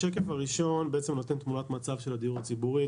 הראשון נותן תמונת מצב של הדיור הציבורי,